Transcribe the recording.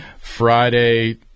Friday